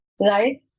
right